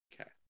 Okay